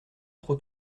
trop